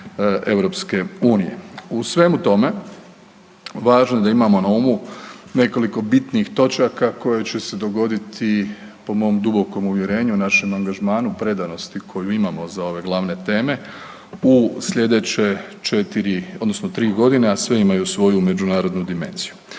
U svemu tome, važno je da imamo na umu nekoliko bitnih točaka koje će se dogoditi po mom dubokom uvjerenju u našem angažmanu predanosti koju imamo za ove glavne teme u sljedeće tri godine, a sve imaju svoju međunarodnu dimenziju.